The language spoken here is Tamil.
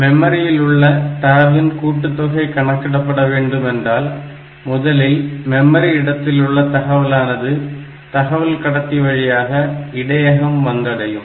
மெமரியில் உள்ள ஒரு தரவின் கூட்டுத்தொகை கணக்கிடப்பட வேண்டுமென்றால் முதலில் மெமரி இடத்திலுள்ள தகவலானது தகவல் கடத்தி வழியாக இடையகம் வந்தடையும்